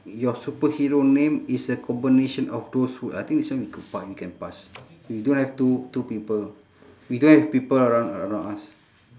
your superhero name is a combination of those who I think this one we could p~ we can pass we don't have two two people we don't have people around around us